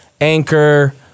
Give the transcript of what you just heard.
Anchor